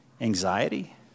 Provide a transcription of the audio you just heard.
anxiety